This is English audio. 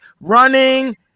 running